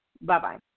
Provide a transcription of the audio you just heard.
Bye-bye